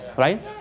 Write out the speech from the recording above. Right